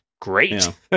great